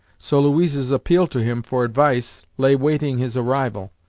so louise's appeal to him for advice lay waiting his arrival.